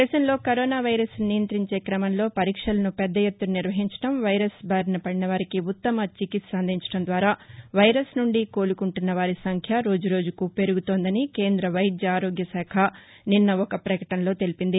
దేశంలో కరోనా వైరస్ను నియంఅించే క్రమంలో పరీక్షలను పెద్దఎత్తున నిర్వహించడం వైరస్ బారిన పడినవారికి ఉత్తమ చికిత్స అందించడం ద్వారా వైరస్ నుండి కోలుకుంటున్నవారి సంఖ్య రోజు రోజుకూ పెరుగుతోందని కేంద్ర వైద్య ఆరోగ్యకాఖ నిన్న ఒక ప్రకటనలో తెలిపింది